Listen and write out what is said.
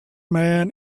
man